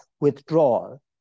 withdrawal